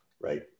right